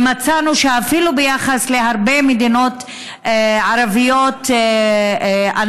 ומצאנו שאפילו ביחס להרבה מדינות ערביות אנחנו